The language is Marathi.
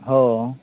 हो